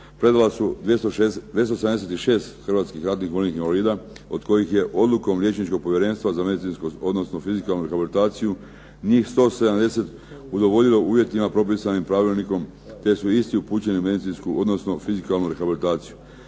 predala su 276 hrvatskih ratnih vojnih invalida, od kojih je odlukom Liječničkog povjerenstva za medicinsko odnosno fizikalnu rehabilitaciju njih 170 udovoljilo uvjetima propisanim pravilnikom te su isti upućeni na medicinsku odnosno fizikalnu rehabilitaciju.